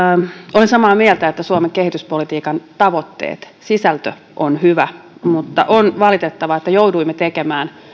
olen samaa mieltä että suomen kehityspolitiikan tavoitteet ja sisältö ovat hyviä mutta on valitettavaa että jouduimme tekemään